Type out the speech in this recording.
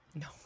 no